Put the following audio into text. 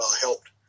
helped